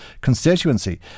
constituency